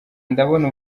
ndabona